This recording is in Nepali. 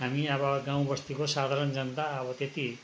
हामी अब गाउँ बस्तीको साधारण जनता अब त्यति